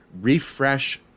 refresh